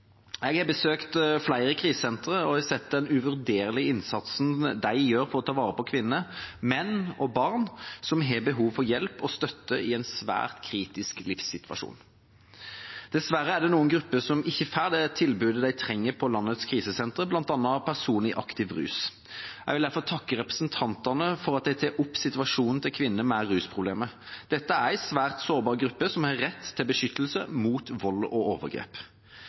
Jeg har besøkt flere krisesentre og sett den uvurderlige innsatsen de gjør for å ta vare på kvinner, menn og barn som har behov for hjelp og støtte i en svært kritisk livssituasjon. Dessverre er det noen grupper som ikke får det tilbudet de trenger, på landets krisesentre, bl.a. personer i aktiv rus. Jeg vil derfor takke representantene for at de tar opp situasjonen til kvinner med rusproblemer. Dette er en svært sårbar gruppe, som har rett til beskyttelse mot vold og overgrep.